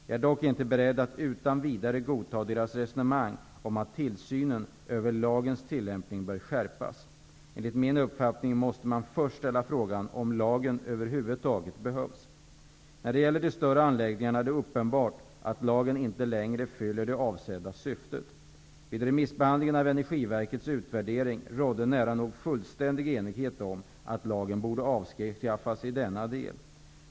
Jag är dock inte beredd att utan vidare godta deras resonemang om att tillsynen över lagens tillämpning bör skärpas. Enligt min uppfattning måste man först ställa frågan om lagen över huvud taget behövs. När det gäller de större anläggningarna är det uppenbart att lagen inte längre fyller det avsedda syftet. Vid remissbehandlingen av Energiverkets utvärdering rådde nära nog fullständig enighet om att lagen borde avskaffas i denna del.